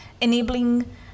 enabling